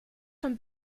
von